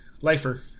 Lifer